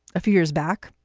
a few years back,